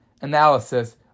analysis